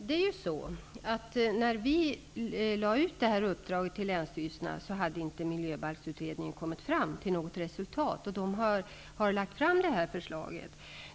Herr talman! När vi lade ut uppdraget till länsstyrelserna hade inte Miljöbalksutredningen kommit fram till något resultat. Nu har man lagt fram det här förslaget.